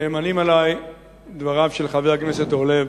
נאמנים עלי דבריו של חבר הכנסת אורלב,